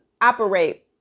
operate